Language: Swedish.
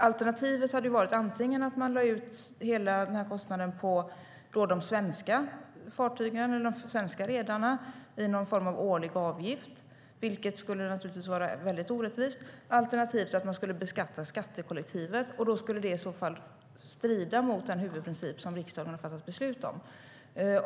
Alternativet hade varit att man antingen lade ut hela denna kostnad på de svenska fartygen eller de svenska redarna genom någon form av årlig avgift, vilket naturligtvis skulle vara mycket orättvist, eller att man beskattade skattekollektivet, vilket i så fall skulle strida mot den huvudprincip som riksdagen har fattat beslut om.